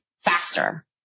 faster